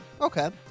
Okay